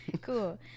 cool